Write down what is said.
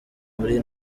muri